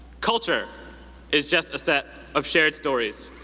culture is just a set of shared stories,